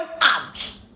out